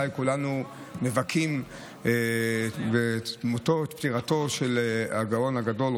כולנו מבכים את מותו ופטירתו של הגאון הגדול,